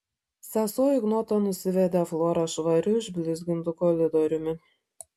sesuo ignota nusivedė florą švariu išblizgintu koridoriumi